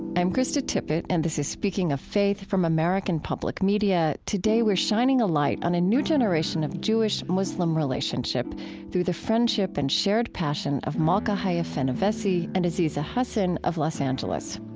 i'm krista tippett, and this is speaking of faith from american public media. today, we're shining a light on a new generation of jewish-muslim relationship through the friendship and shared passion of malka haya fenyvesi and aziza hasan of los angeles.